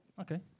Okay